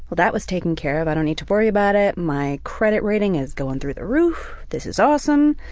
that was taken care of, i don't need to worry about it, my credit rating is going through the roof, this is awesome.